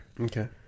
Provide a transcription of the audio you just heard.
okay